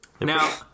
Now